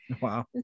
wow